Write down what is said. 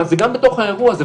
זה גם בתוך האירוע הזה,